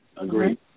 Agreed